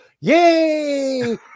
yay